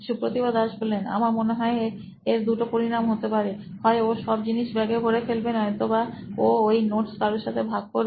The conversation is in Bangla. Supratibh Das C T O নোইন ইলেক্ট্রনিক্স আমার মনে হয় এর দুটো পরিণাম হতে পারে হয় ও সব জিনিস ব্যাগে ভরে ফেলবে নয়তো বা ও ওই নোটস কারুর সাথে ভাগ করবে